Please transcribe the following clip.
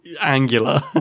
angular